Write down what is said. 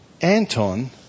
Anton